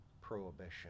prohibition